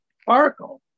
sparkle